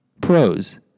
Pros